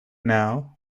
now